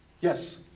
Yes